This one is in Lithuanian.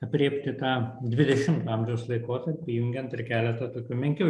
aprėpti tą dvidešimto amžiaus laikotarpį įjungiant ir keletą tokių menkiau